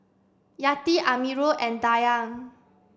Yati Amirul and Dayang